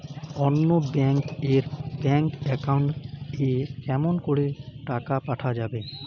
অন্য ব্যাংক এর bank account এ কেমন করে টাকা পাঠা যাবে?